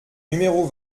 numéro